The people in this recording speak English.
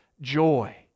joy